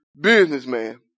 businessman